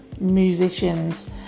Musicians